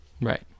Right